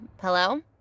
hello